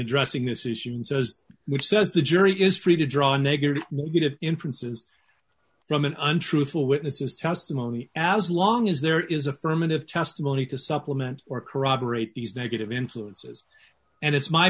addressing this issue and says which says the jury is treated draw negative inference is from an untruthful witnesses testimony as long as there is affirmative testimony to supplement or corroborate these negative influences and it's my